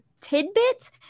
Tidbit